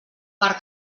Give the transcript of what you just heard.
per